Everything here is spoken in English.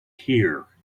here